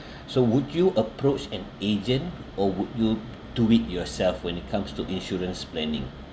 so would you approach an agent or would you do it yourself when it comes to insurance planning